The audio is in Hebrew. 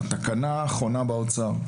התקנה האחרונה באוצר,